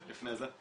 ולפני זה?